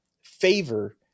favor